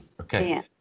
Okay